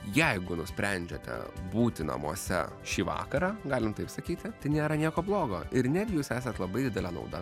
jeigu nusprendžiate būti namuose šį vakarą galim taip sakyti tai nėra nieko blogo ir netgi jūs esat labai didelė nauda